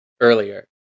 earlier